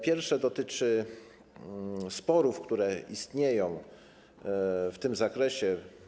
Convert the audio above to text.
Pierwsze pytanie dotyczy sporów, które istnieją w tym zakresie.